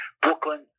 Brooklyn